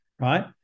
Right